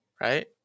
Right